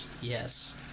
Yes